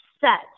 set